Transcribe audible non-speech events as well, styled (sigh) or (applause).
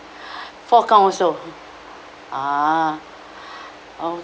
(breath) four account also ah (breath)